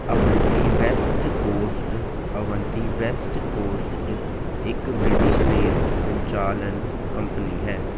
Avanti West Coast Avanti West Coast ਇੱਕ British rail ਸੰਚਾਲਨ company ਹੈ